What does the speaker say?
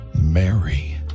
Mary